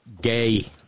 gay